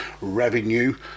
revenue